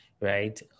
right